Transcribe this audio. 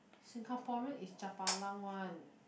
singaporean is japalang one